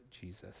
Jesus